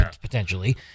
potentially